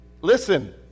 listen